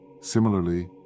similarly